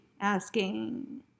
asking